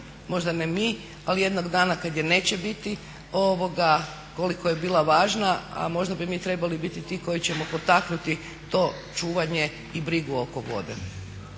možda ne mi, ali jednog dana kad je neće biti koliko je bila važna, a možda bi mi trebali biti ti koji ćemo potaknuti to čuvanje i brigu oko vode.